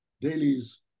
dailies